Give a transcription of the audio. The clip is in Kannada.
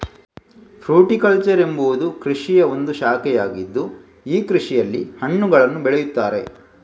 ಫ್ರೂಟಿಕಲ್ಚರ್ ಎಂಬುವುದು ಕೃಷಿಯ ಒಂದು ಶಾಖೆಯಾಗಿದ್ದು ಈ ಕೃಷಿಯಲ್ಲಿ ಹಣ್ಣುಗಳನ್ನು ಬೆಳೆಯುತ್ತಾರೆ